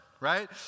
right